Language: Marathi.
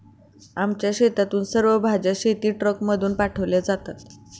आमच्या शेतातून सर्व भाज्या शेतीट्रकमधून पाठवल्या जातात